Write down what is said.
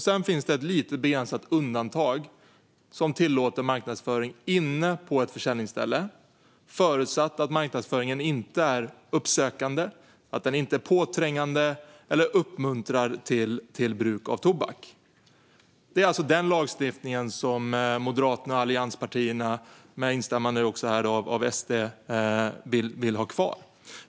Sedan finns det ett litet, begränsat undantag som tillåter marknadsföring inne på ett försäljningsställe, förutsatt att marknadsföringen inte är uppsökande, att den inte är påträngande och att den inte uppmuntrar till bruk av tobak. Det är alltså den lagstiftning som Moderaterna och de andra allianspartierna - SD instämmer också i det - vill ha kvar.